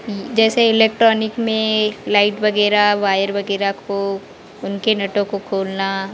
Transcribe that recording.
ही जैसे इलेक्ट्रॉनिक में लाइट वगैरह वायर वगैरह को उनके नटों को खोलना